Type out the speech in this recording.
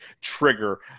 trigger